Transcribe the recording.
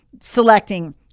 selecting